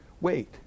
wait